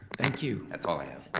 thank you. that's all i have.